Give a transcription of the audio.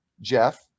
Jeff